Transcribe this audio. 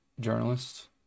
journalist